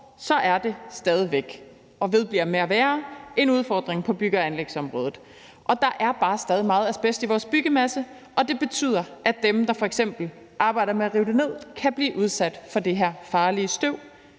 år, er det stadig væk og vedbliver med at være en udfordring på bygge- og anlægsområdet. Der er bare stadig meget asbest i vores byggemasse, og det betyder, at dem, der f.eks. arbejder med at rive bygningerne ned, kan blive udsat for det her farlige støv,